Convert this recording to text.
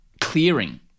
clearing